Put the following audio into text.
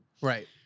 Right